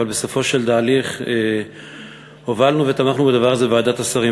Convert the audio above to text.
אבל בסופו של תהליך הובלנו ותמכנו בדבר הזה בוועדת השרים.